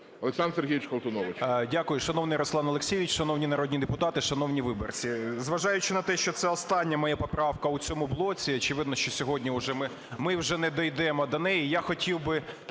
Олександр Сергійович Колтунович.